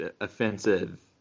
offensive